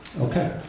Okay